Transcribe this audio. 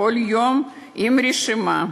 כל פעם עם רשימה,